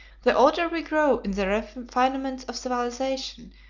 the older we grow in the refinements of civilization,